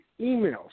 emails